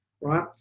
Right